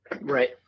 Right